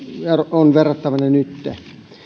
on verrattavana nytten